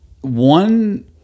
one